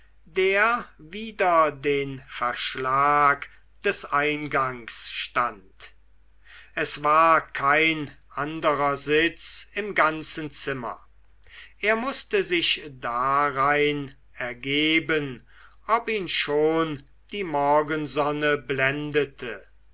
der wider den verschlag des eingangs stand es war kein anderer sitz im ganzen zimmer er mußte sich darein ergeben ob ihn schon die morgensonne blendete